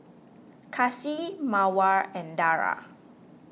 Kasih Mawar and Dara